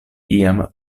iam